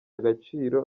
agaciro